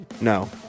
No